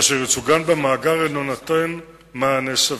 אשר ייצוגן במאגר אינו נותן מענה סביר.